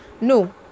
No